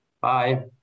bye